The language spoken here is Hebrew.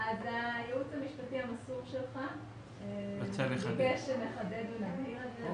הייעוץ המשפטי המסור שלך ביקש שנחדד ונבהיר את זה.